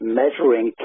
measuring